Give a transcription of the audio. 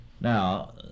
now